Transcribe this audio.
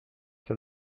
the